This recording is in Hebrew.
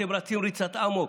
אתם רצים ריצת אמוק,